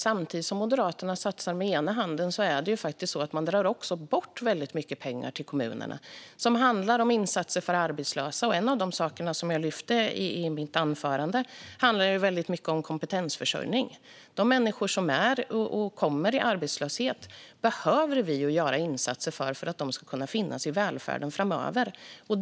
Samtidigt som Moderaterna satsar med ena handen drar man ju också bort väldigt mycket pengar från kommunerna, exempelvis till insatser för arbetslösa. En av de saker jag lyfte fram i mitt anförande var kompetensförsörjning. Vi behöver göra insatser för de människor som hamnar i arbetslöshet för att de ska kunna finnas i välfärden framöver.